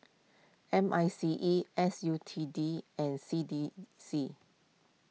M I C E S U T D and C D C